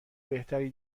بهتری